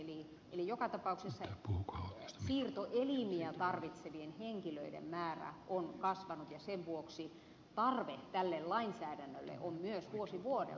eli joka tapauksessa siirtoelimiä tarvitsevien henkilöiden määrä on kasvanut ja sen vuoksi tarve tälle lainsäädännölle on myös vuosi vuodelta lisääntynyt